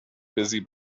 busy